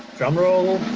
drum rolls